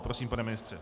Prosím, pane ministře.